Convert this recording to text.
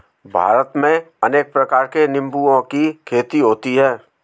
भारत में अनेक प्रकार के निंबुओं की खेती होती है